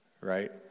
right